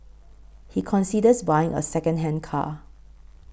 he considers buying a secondhand car